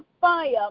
fire